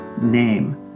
name